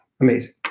amazing